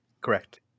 Correct